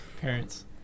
parents